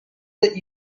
that